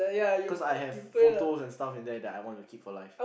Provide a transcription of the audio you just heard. cause I have photos in there that I wanna keep for life